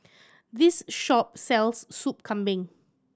this shop sells Sop Kambing